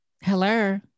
Hello